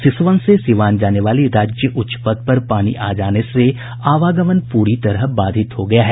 सिसवन से सीवान जाने वाली राज्य उच्च पथ पर पानी आ जाने से आवागमन पूरी तरह बाधित हो गया है